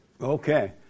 Okay